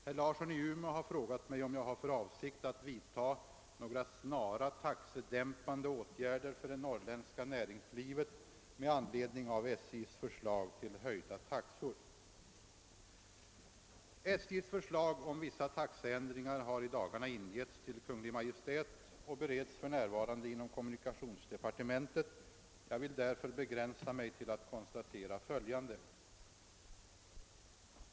Herr Larsson i Umeå har frågat mig om jag har för avsikt att vidta några snara taxedämpande åtgärder för det norrländska näringslivet med anledning av SJ:s förslag till höjda taxor. SJ:s förslag om vissa taxeändringar har i dagarna ingetts till Kungl. Maj:t och bereds för närvarande inom kommunikationsdepartementet. Jag vill därför begränsa mig till att konstatera följande.